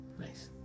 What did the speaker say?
Nice